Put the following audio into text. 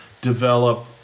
develop